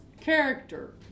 character